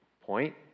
point